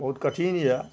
बहुत कठिन यऽ